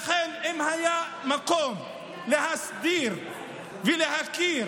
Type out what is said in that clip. לכן, אם היה מקום להסדיר ולהכיר